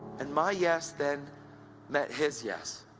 and my yes then met his yes,